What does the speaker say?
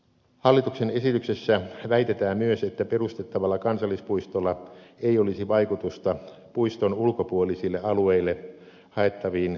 hallituksen esityksessä väitetään myös että perustettavalla kansallispuistolla ei olisi vaikutusta puiston ulkopuolisille alueille haettaviin kalankasvatuslupiin